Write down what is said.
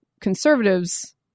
conservatives